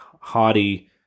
haughty